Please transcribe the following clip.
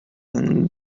and